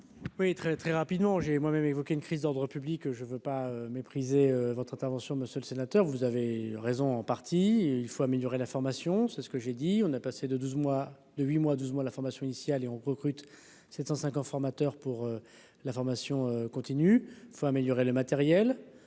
très très rapidement, j'ai moi-même évoqué une crise d'ordre public, je ne veux pas mépriser votre intervention, monsieur le sénateur, vous avez raison, en partie, il faut améliorer la formation, c'est ce que j'ai dit : on a passé de 12 mois de 8 mois 12 mois la formation initiale et on recrute 705 formateurs pour la formation continue, il faut améliorer le matériel